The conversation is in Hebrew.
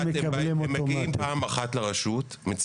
מגיעים פעם אחת לרשות המקומית,